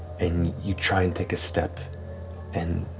and you try and take a step and.